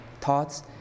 thoughts